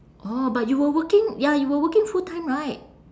orh but you were working ya you were working full-time right